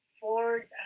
Ford